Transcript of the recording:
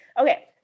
Okay